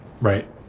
Right